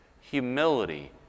humility